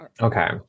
Okay